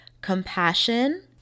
compassion